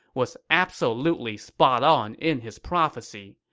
was absolutely spot on in his prophecy.